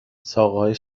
ساقههای